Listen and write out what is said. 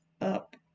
up